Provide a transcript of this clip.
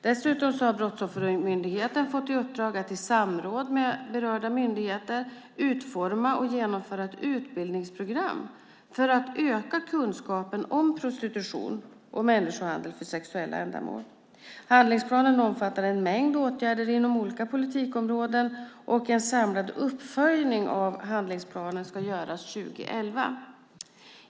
Dessutom har Brottsoffermyndigheten fått i uppdrag att i samråd med berörda myndigheter utforma och genomföra ett utbildningsprogram för att öka kunskapen om prostitution och människohandel för sexuella ändamål. Handlingsplanen omfattar en mängd åtgärder inom olika politikområden, och en samlad uppföljning av handlingsplanen ska göras 2011.